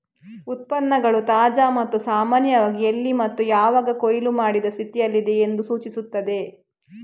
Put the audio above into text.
ಉತ್ಪನ್ನಗಳು ತಾಜಾ ಮತ್ತು ಸಾಮಾನ್ಯವಾಗಿ ಎಲ್ಲಿ ಮತ್ತು ಯಾವಾಗ ಕೊಯ್ಲು ಮಾಡಿದ ಸ್ಥಿತಿಯಲ್ಲಿದೆ ಎಂದು ಸೂಚಿಸುತ್ತದೆ